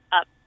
up